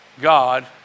God